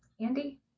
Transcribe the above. Andy